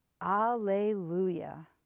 Alleluia